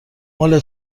مال